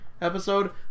episode